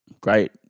Great